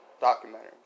documentary